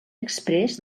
exprés